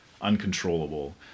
uncontrollable